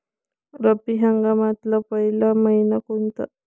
रब्बी हंगामातला पयला मइना कोनता?